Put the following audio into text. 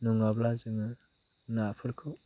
नङाब्ला जोङो नाफोरखौ